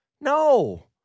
No